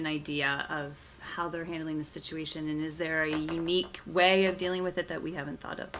an idea of how they're handling the situation is there a leak way of dealing with it that we haven't thought of